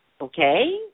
okay